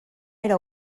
era